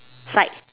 side